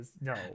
No